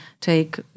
take